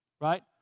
right